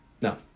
No